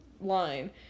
line